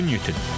Newton